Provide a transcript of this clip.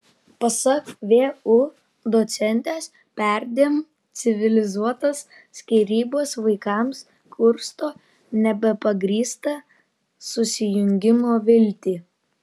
pasak vu docentės perdėm civilizuotos skyrybos vaikams kursto nebepagrįstą susijungimo viltį